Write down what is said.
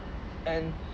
and